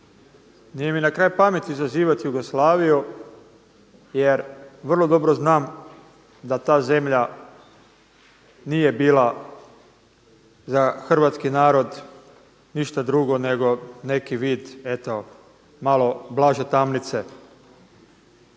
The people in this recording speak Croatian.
nije mi na kraj pameti zazivati Jugoslaviju jer vrlo dobro znam da ta zemlja nije bila za hrvatski narod ništa drugo nego neki vid eto malo blaže tamnice.